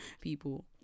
people